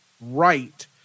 right